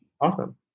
Awesome